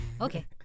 okay